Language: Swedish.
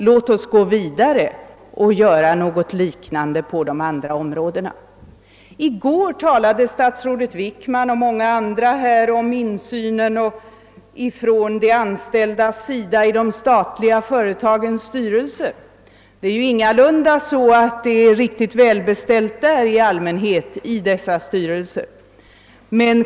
Låt oss gå vidare och göra någonting liknande på de andra områdena! I går talade statsrådet Wickman och många andra om insynen från de anställdas sida i de statliga företagens styrelser. Det är ju ingalunda så att det i allmänhet är riktigt väl beställt i detta avseende i dessa styrelser.